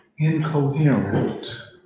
Incoherent